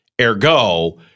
Ergo